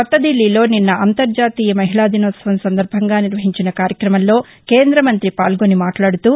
కొత్త దిల్లీలో నిన్న అంతర్జాతీయ మహిళాదినోత్సవం సందర్భంగా నిర్వహించిన కార్యక్రమంలో కేంద్ర మంతి పాల్గొని మాట్లాడుతూ